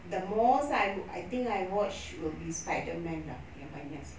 the most I I think I watch will be spiderman lah yang banyak sa~